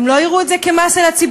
הם לא יראו את זה כמס על הציבור,